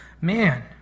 man